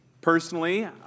Personally